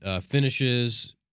finishes